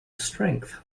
strength